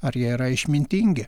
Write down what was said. ar jie yra išmintingi